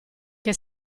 che